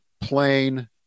plain